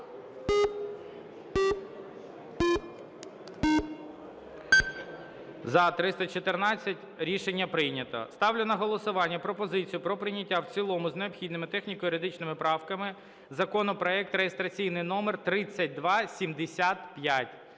За-314 Рішення прийнято. Ставлю на голосування пропозицію про прийняття в цілому з необхідними техніко-юридичними правками законопроекту реєстраційний номер 3275.